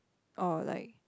or like